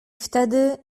wtedy